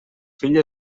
fill